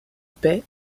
paix